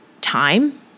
time